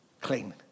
Clean